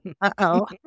Uh-oh